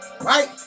Right